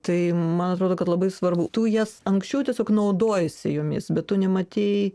tai man atrodo kad labai svarbu tu jas anksčiau tiesiog naudojasi jomis bet tu nematei